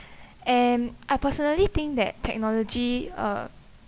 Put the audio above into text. and I personally think that technology uh